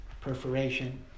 perforation